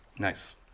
Nice